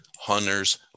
Hunter's